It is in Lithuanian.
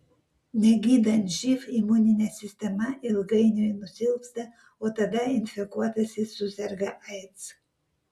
negydant živ imuninė sistema ilgainiui nusilpsta o tada infekuotasis suserga aids